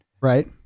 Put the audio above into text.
Right